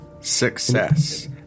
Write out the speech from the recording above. success